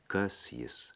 kas jis